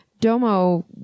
Domo